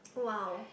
!wow!